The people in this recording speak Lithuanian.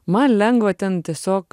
man lengva ten tiesiog